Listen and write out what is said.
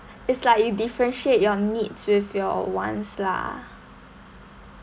it's like you differentiate your needs with your wants lah